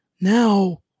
Now